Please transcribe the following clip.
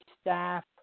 staff